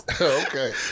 Okay